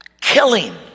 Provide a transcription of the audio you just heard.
killing